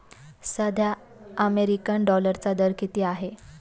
सध्या अमेरिकन डॉलरचा दर किती आहे?